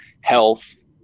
health